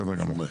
בסדר גמור.